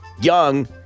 young